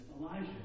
Elijah